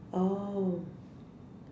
oh